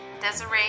Desiree